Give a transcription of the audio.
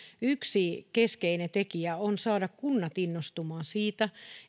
yksi keskeinen tekijä on saada kunnat innostumaan siitä